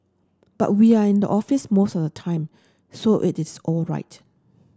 but we are in the office most of time so it is all right